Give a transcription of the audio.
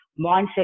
mindset